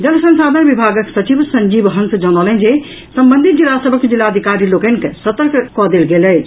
जल संसाधन विभागक सचिव संजीव हंस जनौलनि जे संबंधित जिला सभक जिलाधिकारी लोकनि के सतर्क कऽ देल गेल अछि